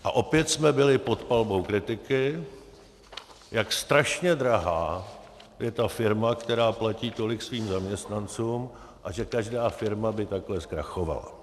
A opět jsme byli pod palbou kritiky, jak strašně drahá je ta firma, která platí tolik svým zaměstnancům, a že každá firma by takhle zkrachovala.